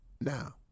Now